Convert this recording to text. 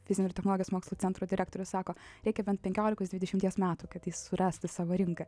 fizinių ir teologijos mokslų centro direktorius sako reikia bent penkiolikos dvidešimties metų kad jis surastų savo rinką